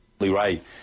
Right